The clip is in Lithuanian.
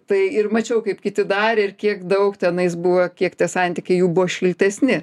tai ir mačiau kaip kiti darė ir kiek daug tenais buvo kiek tie santykiai jų buvo šiltesni